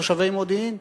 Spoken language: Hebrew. תושבי מודיעין?